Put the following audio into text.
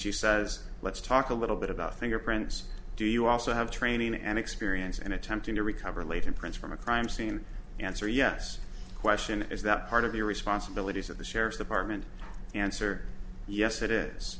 she says let's talk a little bit about thing your friends do you also have training and experience and attempting to recover latent prints from a crime scene answer yes question is that part of the responsibilities of the sheriff's department answer yes it is